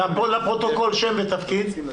הבנו, עורך דין איתן פלג, בבקשה.